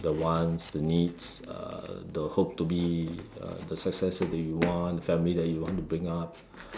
the wants the needs uh the hopes to be uh the successes that you want the family that you want to bring up